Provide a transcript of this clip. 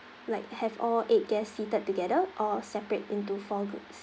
like have all eight guests seated together or separate into four groups